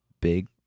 big